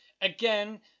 again